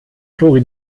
flori